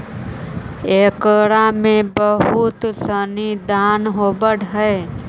एकरा में बहुत सनी दान होवऽ हइ